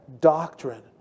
doctrine